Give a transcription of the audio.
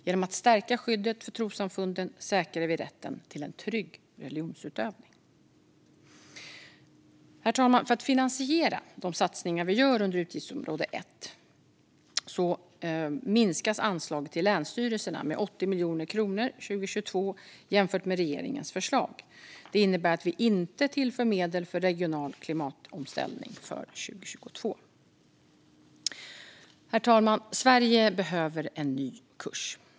Genom att stärka skyddet för trossamfunden säkrar vi rätten till en trygg religionsutövning. Herr talman! För att finansiera de satsningar vi gör under utgiftsområde 1 minskas anslaget till länsstyrelserna med 80 miljoner kronor 2022 jämfört med regeringens förslag. Det innebär att vi inte tillför medel för regional klimatomställning för 2022. Herr talman! Sverige behöver en ny kurs.